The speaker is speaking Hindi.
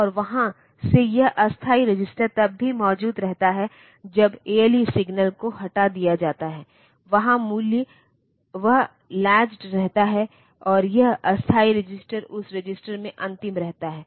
और वहां से यह अस्थायी रजिस्टर तब भी मौजूद रहता है जब ALE सिग्नल को हटा दिया जाता है वहां मूल्य वह लाचेड़ रहता है और यह अस्थायी रजिस्टर उस रजिस्टर में अंतिम रहता है